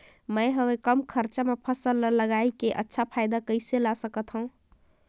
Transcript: मैं हवे कम खरचा मा फसल ला लगई के अच्छा फायदा कइसे ला सकथव?